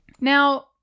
Now